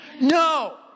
No